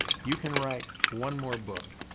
you can write one more book